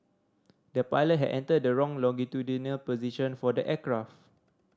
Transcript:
the pilot had entered the wrong longitudinal position for the aircraft